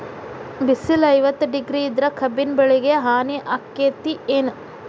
ಬಿಸಿಲ ಐವತ್ತ ಡಿಗ್ರಿ ಇದ್ರ ಕಬ್ಬಿನ ಬೆಳಿಗೆ ಹಾನಿ ಆಕೆತ್ತಿ ಏನ್?